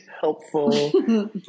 helpful